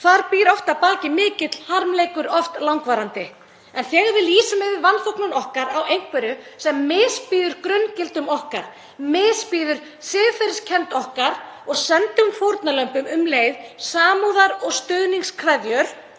Þar býr oft að baki mikill harmleikur, oft langvarandi, en þegar við lýsum yfir vanþóknun okkar á einhverju sem misbýður grunngildum okkar, misbýður siðferðiskennd okkar og sendum fórnarlömbum um leið samúðar- og stuðningskveðjur,